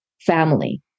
family